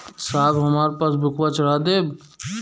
साहब हमार पासबुकवा चढ़ा देब?